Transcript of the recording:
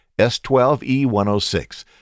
S12E106